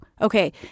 Okay